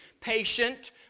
patient